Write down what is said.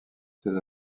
ces